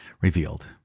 revealed